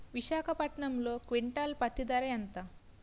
విశాఖపట్నంలో క్వింటాల్ పత్తి ధర ఎంత?